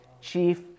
chief